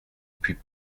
puis